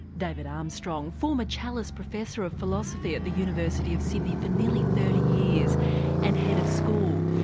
david armstrong, former challis professor of philosophy at the university of sydney for nearly thirty years and head of school,